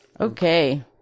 Okay